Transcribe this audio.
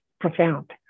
profound